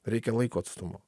reikia laiko atstumo